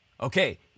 Okay